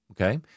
okay